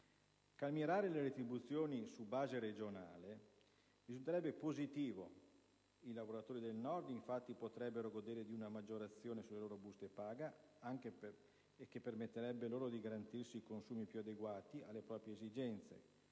Calmierare le retribuzioni su base regionale risulterebbe positivo: i lavoratori del Nord infatti potrebbero godere di una maggiorazione sulle loro buste paga, che permetterebbe loro di garantirsi consumi più adeguati alle proprie esigenze